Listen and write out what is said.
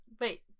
wait